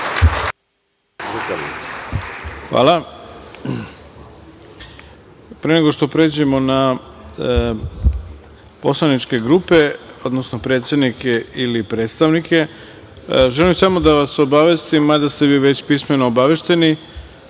Zahvaljujem. Pre nego što pređemo na poslaničke grupe, odnosno predsednike ili predstavnike, želim samo da vas obavestim mada ste vi već pismeno obavešteni